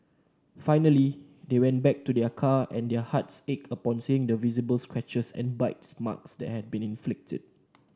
finally they went back to their car and their hearts ached upon seeing the visible scratches and bite marks that had been inflicted